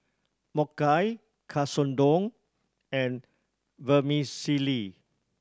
Mochi Katsudon and Vermicelli